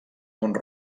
mont